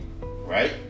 Right